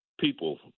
people